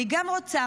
אני גם רוצה.